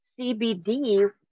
CBD